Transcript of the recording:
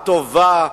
טובה,